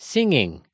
Singing